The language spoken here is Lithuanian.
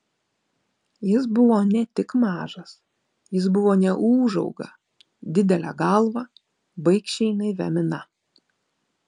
jis buvo ne tik mažas jis buvo neūžauga didele galva baikščiai naivia mina